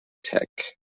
tech